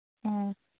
ꯑꯣ